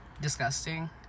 Disgusting